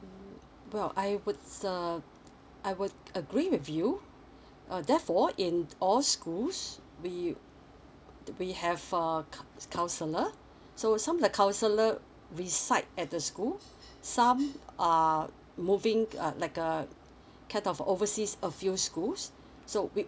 but I would um I would agree with you uh therefore in all schools we we have uh coun~ counsellor so some like counsellor reside at the school some are moving uh like uh kind of overseas a few schools so we